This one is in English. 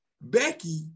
Becky